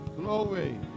Glory